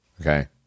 Okay